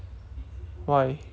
why